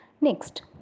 Next